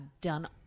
done